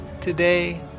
today